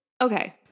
Okay